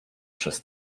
przez